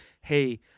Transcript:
hey